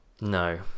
No